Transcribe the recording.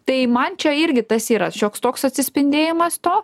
tai man čia irgi tas yra šioks toks atsispindėjimas to